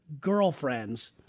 girlfriends